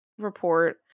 report